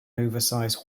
oversize